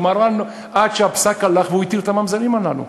מרן, עד שהפסק הלך והוא התיר את הממזרים הללו.